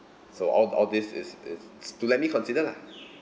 so so all all this is is to let me consider lah